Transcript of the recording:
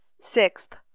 Sixth